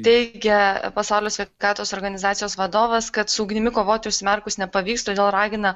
teigia pasaulio sveikatos organizacijos vadovas kad su ugnimi kovoti užsimerkus nepavyks todėl ragina